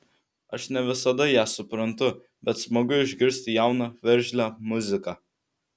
aš ne visada ją suprantu bet smagu išgirsti jauną veržlią muziką